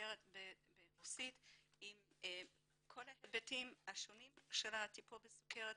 סוכרת ברוסית עם כל ההיבטים השונים של הטיפול בסוכרת,